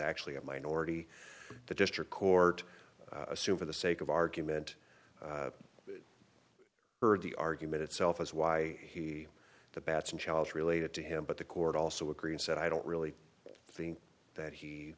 actually a minority the district court assume for the sake of argument heard the argument itself is why he the batson challenge related to him but the court also agree and said i don't really think that he